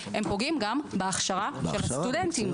אלא גם פוגעים בהכשרה של הסטודנטים,